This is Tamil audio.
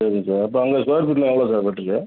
சரிங்க சார் அப்போ அங்க ஸ்கொயர் ஃபீட்டெலாம் எவ்ளோ சார்